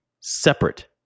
separate